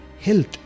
health